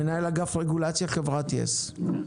מנהל אגף רגולציה בחברת יס, בבקשה.